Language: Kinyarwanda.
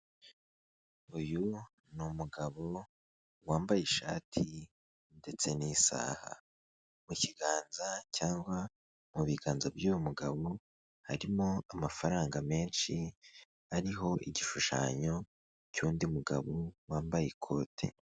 Uyu ni umugabo wambaye ishati ndetse n'isaha mu kiganza cyangwa mu biganza by'uyu mugabo harimo amafaranga menshi ariho igishushanyo cy'undi mugabo wambaye ikote.